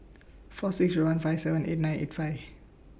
four six Zero one five seven eight nine eight five